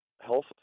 health